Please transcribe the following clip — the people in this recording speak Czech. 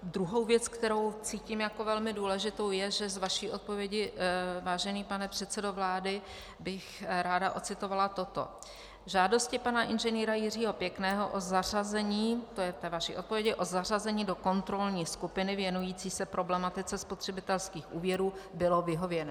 Druhou věcí, kterou cítím jako velmi důležitou, je, že z vaší odpovědi, vážený pane předsedo vlády, bych ráda ocitovala toto: Žádosti pana inženýra Jiřího Pěkného o zařazení to je v té vaší odpovědi o zařazení do kontrolní skupiny věnující se problematice spotřebitelských úvěrů bylo vyhověno.